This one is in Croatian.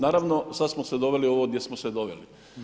Naravno sad smo se doveli ovdje gdje smo se doveli.